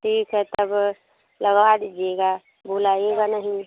ठीक है तब लगवा दीजिएगा भुलाइएगा नहीं